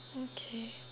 okay